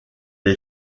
est